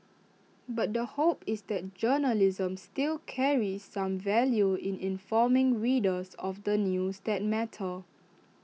but the hope is that journalism still carries some value in informing readers of the news that matter